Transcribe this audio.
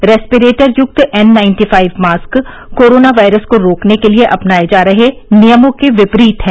respirator युक्त N ninety five mask corona virus को रोकने के लिए अपनाए जा रहे नियमों के विपरीत हैं